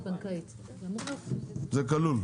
זה כלול.